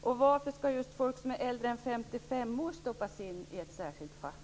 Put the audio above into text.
Och varför skall just de som är äldre än 55 år stoppas in i ett särskilt fack?